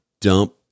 dump